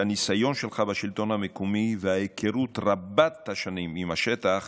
שהניסיון שלך בשלטון המקומי וההיכרות רבת השנים עם השטח